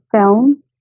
film